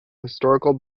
historical